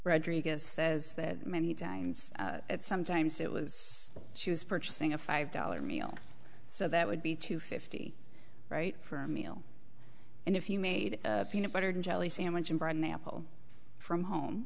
rodriguez says that many times at sometimes it was she was purchasing a five dollar meal so that would be two fifty right for a meal and if you made peanut butter and jelly sandwich in britain ample from home